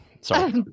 Sorry